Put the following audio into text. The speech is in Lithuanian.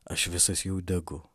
aš visas jau degu